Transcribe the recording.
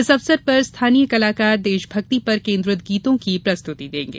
इस अवसर पर स्थानीय कलाकार देशभक्ति पर केन्द्रित गीतों की प्रस्तुति देंगे